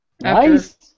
Nice